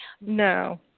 No